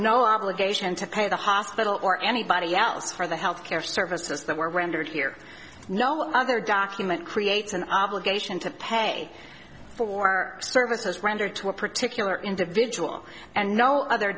no obligation to pay the hospital or anybody else for the health care services that were rendered here no other document creates an odd a geisha to pay for services rendered to a particular individual and no other